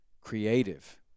creative